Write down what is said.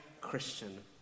Christian